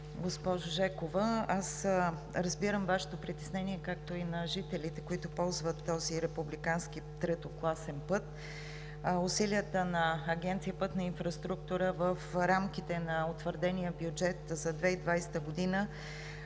госпожо Клисурска, разбирам Вашето притеснение, както и на жителите, които ползват този републикански третокласен път. Усилията на Агенция „Пътна инфраструктура“ в рамките на утвърдения бюджет за 2020 г. са